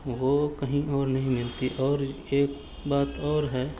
وہ کہیں اور نہیں ملتی اور ایک بات اور ہے